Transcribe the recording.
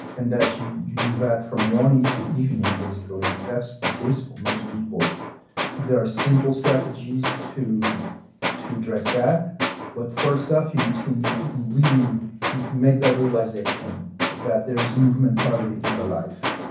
and that you you do that from morning to evening basically. that's the case for most people there are simple strategies to to address that but first off, you need to really make that realization that there's movement poverty in your life.